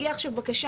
הגיעה עכשיו בקשה,